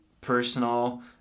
personal